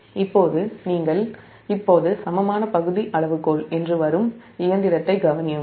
இப்போது நீங்கள் சமமான பகுதி அளவுகோல் என்று வரும் இயந்திரத்தை கவனியுங்கள்